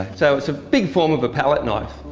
so it's a big form of a palette knife,